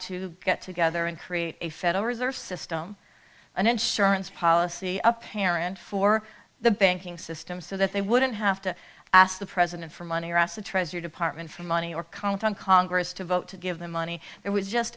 to get together and create a federal reserve system an insurance policy up parent for the banking system so that they wouldn't have to ask the president for money or ask the treasury department for money or comment on congress to vote to give the money it was